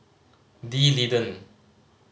D'Leedon